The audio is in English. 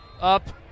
Up